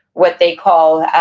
what they call